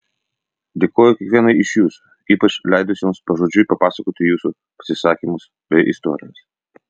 dėkoju kiekvienai iš jūsų ypač leidusioms pažodžiui papasakoti jūsų pasisakymus bei istorijas